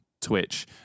Twitch